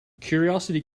curiosity